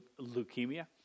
leukemia